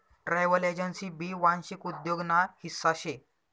travel agency भी वांशिक उद्योग ना हिस्सा शे